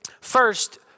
first